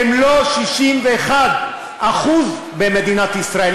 הם לא 61% במדינת ישראל,